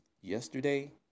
yesterday